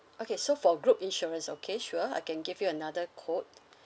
okay so for group insurance okay sure I can give you another quote